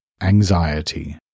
anxiety